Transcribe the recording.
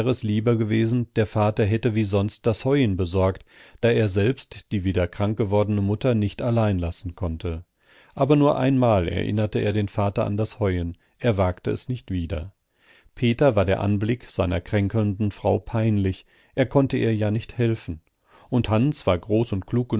lieber gewesen der vater hätte wie sonst das heuen besorgt da er selbst die wieder krank gewordene mutter nicht allein lassen konnte aber nur einmal erinnerte er den vater an das heuen er wagte es nicht wieder peter war der anblick seiner kränkelnden frau peinlich er konnte ihr ja nicht helfen und hans war groß